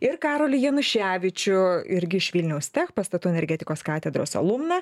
ir karolį januševičių irgi iš vilniaus tech pastatų energetikos katedros alumną